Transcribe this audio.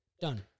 done